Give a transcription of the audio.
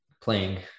playing